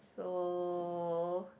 so